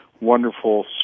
wonderful